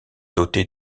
doté